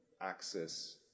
Access